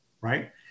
right